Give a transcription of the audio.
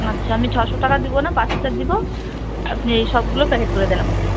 আচ্ছা আমি ছশো টাকা দিবো না পাঁচ হাজার দিবো আপনি এই সবগুলো প্যাকেট করে দেন আমাকে